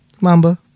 Mamba